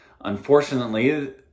Unfortunately